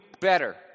better